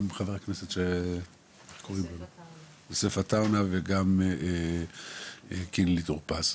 גם חבר הכנסת יוסף עטאונה וגם טור פז.